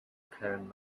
carrying